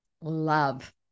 love